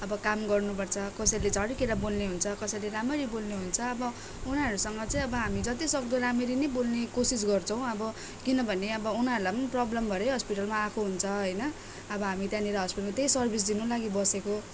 अब काम गर्नुपर्छ कसैले झर्किएर बोल्ने हुन्छ कसैले राम्ररी बोल्ने हुन्छ अब उनीहरूसँग चाहिँ अब हामी जतिसक्दो राम्ररी नै बोल्ने कोसिस गर्छौँ अब किनभने अब उनीहरूलाई पनि प्रब्लम भएरै हस्पिटलमा आएको हुन्छ होइन अब हामी त्यहाँनिर हस्पिटलमा त्यही सर्भिस दिनु लागि बसेको